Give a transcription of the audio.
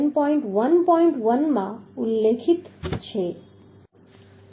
1 માં ઉલ્લેખિત છે